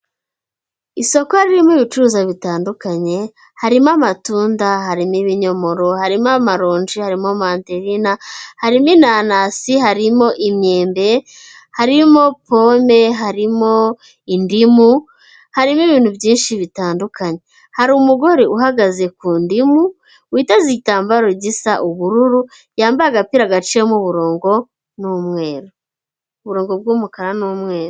Isoko ririmo ibicuruzwa bitandukanye harimo amatunda, harimo ibinyomoro, harimo amaronji, harimo mantelina, harimo inanasi, harimo imyembe, harimo pome, harimo indimu, harimo ibintu byinshi bitandukanye. Hari umugore uhagaze ku ndimu witeze igitambaro gisa ubururu yambaye agapira gaciyemo umurongo n'u umwe uburongo bw'umukara n'umweru.